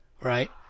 right